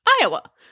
Iowa